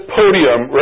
podium